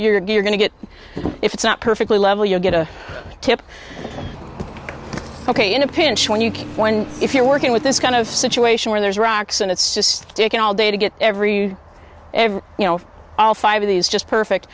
you're going to get if it's not perfectly level you get a tip ok in a pinch when you when you're working with this kind of situation where there's rocks and it's just taking all day to get every you know all five of these just perfect